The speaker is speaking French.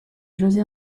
josé